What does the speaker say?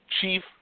chief